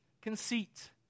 conceit